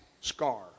scar